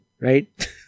right